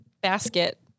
basket